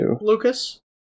Lucas